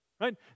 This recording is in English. right